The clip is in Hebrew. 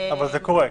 אבל זה קורה.